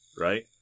right